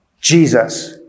Jesus